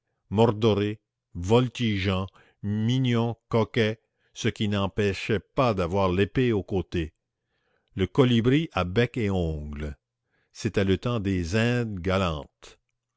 mordoré voltigeant mignon coquet ce qui n'empêchait pas d'avoir l'épée au côté le colibri a bec et ongles c'était le temps des indes galantes